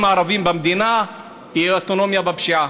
ערבים במדינה היא אוטונומיה בפשיעה.